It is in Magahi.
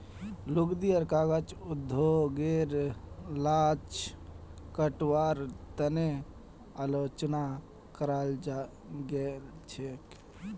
लुगदी आर कागज उद्योगेर गाछ कटवार तने आलोचना कराल गेल छेक